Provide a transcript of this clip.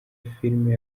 filime